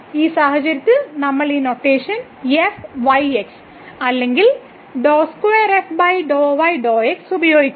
ഈ സാഹചര്യത്തിൽ നമ്മൾ ഈ നൊട്ടേഷൻ fyx അല്ലെങ്കിൽ ഉപയോഗിക്കുന്നു